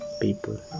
people